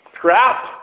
crap